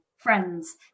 friends